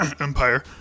empire